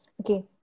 Okay